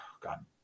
god